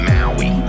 Maui